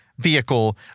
vehicle